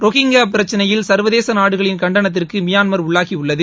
ரோஹிங்கியாபிரச்சினையில் சர்வதேசநாடுகளின் கண்டனத்திற்குமியான்மா் உள்ளாகியுள்ளது